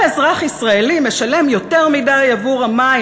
"כל אזרח ישראלי משלם יותר מדי עבור המים,